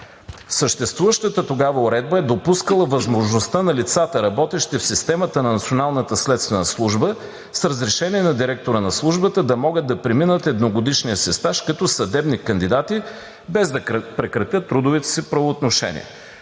Съществуващата тогава уредба е допускала възможността на лицата, работещи в системата на Националната следствена служба, с разрешение на директора на службата, да могат да преминат едногодишния си стаж като съдебни кандидати, без да прекратят трудовите си правоотношения.